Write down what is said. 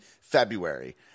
February